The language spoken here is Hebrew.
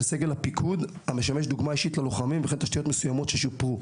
סגל הפיקוד המשמש דוגמה אישית ללוחמים וכן תשתיות מסוימות ששופרו.